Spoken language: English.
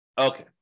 Okay